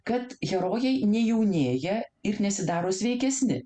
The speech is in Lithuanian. kad herojai nejaunėja ir nesidaro sveikesni